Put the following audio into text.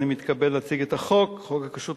אני מתכבד להציג את הצעת חוק הכשרות